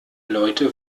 leute